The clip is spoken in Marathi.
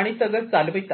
आणि सगळं चालवितात